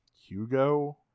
Hugo